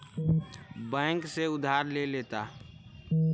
bank से उधार ले लेता